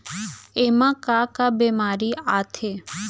एमा का का बेमारी आथे?